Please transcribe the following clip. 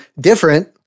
different